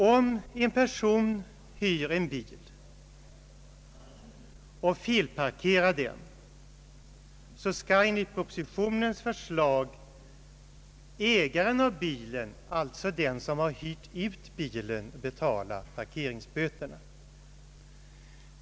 Om en person hyr en bil och felparkerar den, kan enligt propositionens förslag ägaren av bilen, alltså den som har hyrt ut bilen, komma att få betala parkeringsböterna.